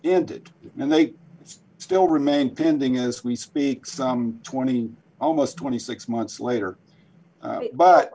ended and they still remain pending as we speak some twenty almost twenty six months later but